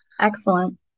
Excellent